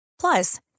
Plus